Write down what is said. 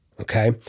Okay